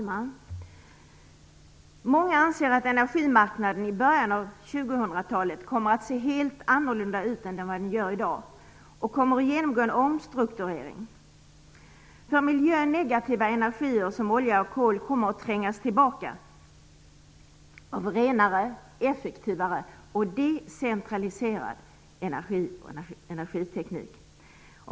Herr talman! Många anser att energimarknaden i början av 2000-talet kommer att se helt annorlunda ut än vad den gör i dag och att den kommer att genomgå en omstrukturering. För miljön negativa energiformer som olja och kol kommer att trängas tillbaka av renare, effektivare och decentraliserad energi och energiteknik.